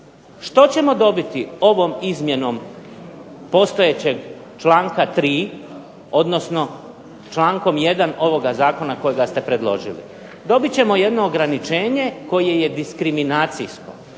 Što ćemo dobiti ovom izmjenom postojećeg članka 3., odnosno člankom 1. ovoga zakona kojega ste predložili? Dobit ćemo jedno ograničenje koje je diskriminacijsko.